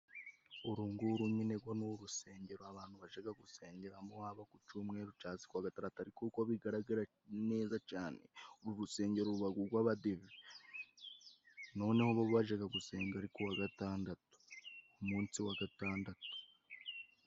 Uru nguru nyine rwo ni urusengero abantu bajya gusengeramo, haba ku cyumweru cyangwa se ku wa gatandatu. Ariko uko bigaragara neza cyane, uru ni urusengero rw'Abadive, noneho bo bajya gusenga ari ku wa gatandatu. Ku munsi wa gatandatu.